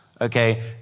okay